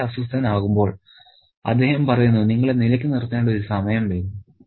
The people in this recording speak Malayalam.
വളരെ അസ്വസ്ഥനാകുമ്പോൾ അദ്ദേഹം പറയുന്നു നിങ്ങളെ നിലക്ക് നിർത്തേണ്ട ഒരു സമയം വരും